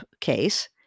case